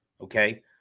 Okay